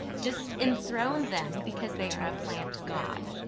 just enthrone them because they are a plant god.